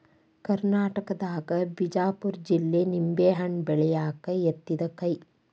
ಕರ್ನಾಟಕದಾಗ ಬಿಜಾಪುರ ಜಿಲ್ಲೆ ನಿಂಬೆಹಣ್ಣ ಬೆಳ್ಯಾಕ ಯತ್ತಿದ ಕೈ